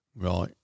Right